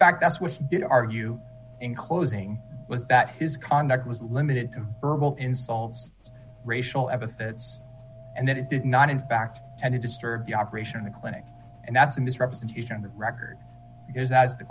fact that's what he did argue in closing with that his conduct was limited to verbal insults racial epithets and that it did not in fact and to disturb the operation of the clinic and that's the misrepresentation that record is as the